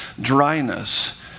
dryness